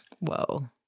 Whoa